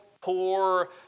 poor